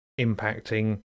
impacting